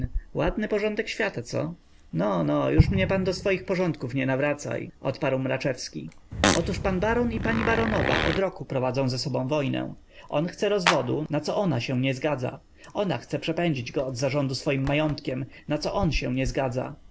ładny porządek świata co no no już mnie pan do swoich porządków nie nawracaj odparł mraczewski otóż pan baron i pani baronowa od roku prowadzą ze sobą wojnę on chce rozwodu na co ona się nie zgadza ona chce przepędzić go od zarządu swoim majątkiem na co on się nie zgadza